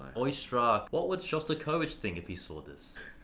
oistrakh? what would shostakovich think if he saw this?